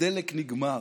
הדלק נגמר.